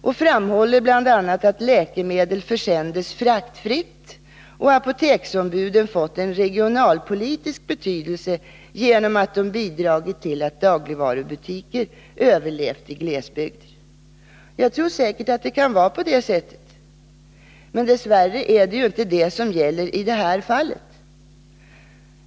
och framhåller bl.a. att läkemedel försänds fraktfritt och att apoteksombuden fått en regionalpolitisk betydelse genom att de bidragit till att dagligvarubutiker överlevt i glesbygder. Jag tror säkert att det kan vara på det sättet. Men dess värre är det ju inte det som gäller i det här fallet.